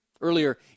Earlier